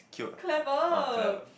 clever